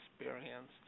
experienced